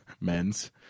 men's